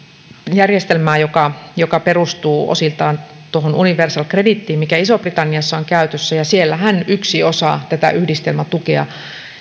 järjestelmää joka joka perustuu osiltaan tuohon universal creditiin mikä isossa britanniassa on käytössä siellähän yksi osa tätä yhdistelmätukea